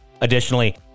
Additionally